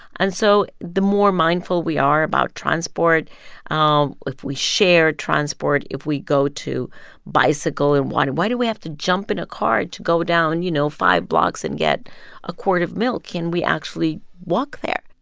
and so the more mindful we are about transport um if we share transport, if we go to bicycle and why why do we have to jump in a car to go down, you know, five blocks and get a quart of milk? can we actually walk there?